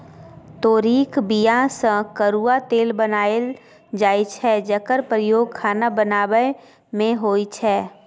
तोरीक बीया सँ करुआ तेल बनाएल जाइ छै जकर प्रयोग खाना बनाबै मे होइ छै